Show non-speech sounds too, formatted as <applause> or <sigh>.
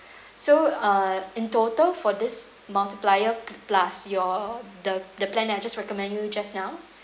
<breath> so uh in total for this multiplier plus your the the plan that I just recommend you just now <breath>